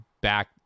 back